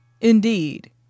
Indeed